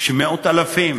שיש מאות אלפים,